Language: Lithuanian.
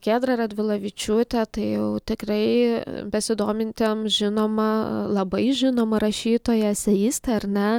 giedrą radvilavičiūtę tai jau tikrai besidomintiems žinoma labai žinoma rašytoja eseistė ar ne